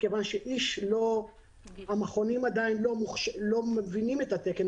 מכיוון שהמכונים עדיין לא מבינים את התקן,